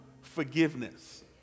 forgiveness